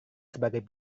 sebagai